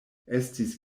estis